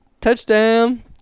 touchdown